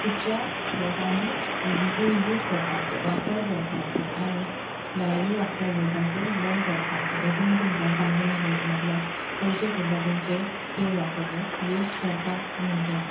खुबश्या लोकांनी हेंची यूझ करपाचो वापर करपाचो आनी भायली वखदां घेवपाचो बंद करपाचो हेतून तुमकां फायनॅनशली म्हटल्यार पयशे सुद्दां तुमचे सेव जातले वेश्ट करपाक मेळचे ना